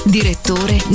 Direttore